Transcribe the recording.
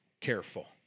careful